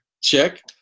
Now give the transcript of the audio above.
Check